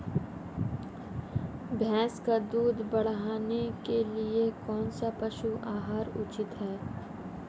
भैंस का दूध बढ़ाने के लिए कौनसा पशु आहार उचित है?